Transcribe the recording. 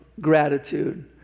gratitude